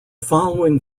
following